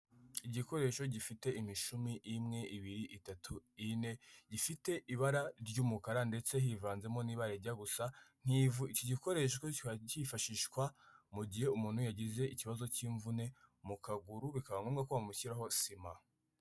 Igikoresho gifite imishumi, imwe, ibiri, itatu, ine, gifite ibara ry'umukara ndetse hivanzemo n'irijya gusa ik'ivu, iki gikoresho kiba kifashishwa mu gihe umuntu yagize ikibazo cy'imvune mu kaguru, bi bikaba ngombwa ko bamushyiraho sima.